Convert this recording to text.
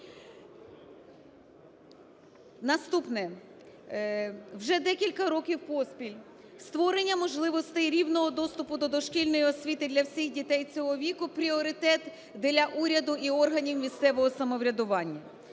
Наступне. Вже декілька років поспіль створення можливостей рівного доступу до дошкільної освіти для всіх дітей цього уряду – пріоритет для уряду і органів місцевого самоврядування.